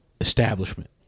establishment